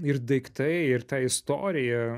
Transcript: ir daiktai ir ta istorija